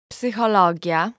Psychologia